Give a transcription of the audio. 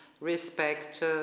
respect